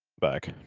back